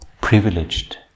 privileged